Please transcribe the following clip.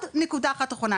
נקודה אחת אחרונה.